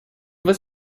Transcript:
was